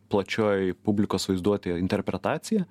plačioj publikos vaizduotėj interpretacija